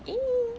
!ee!